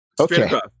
okay